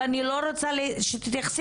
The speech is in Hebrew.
ואני לא רוצה שתתייחסי,